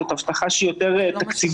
זאת הבטחה שהיא יותר תקציבית,